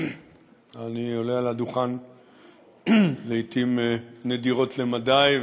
אני עולה על הדוכן לעתים נדירות למדי,